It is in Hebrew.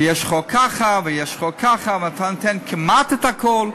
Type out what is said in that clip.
שיש חוק ככה ויש חוק ככה ואתה נותן כמעט את הכול,